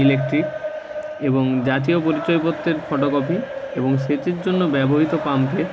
electric এবং জাতীয় পরিচয়পত্রের ফটোকপি এবং সেচের জন্য ব্যবহৃত পাম্পের